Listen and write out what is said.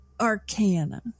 Arcana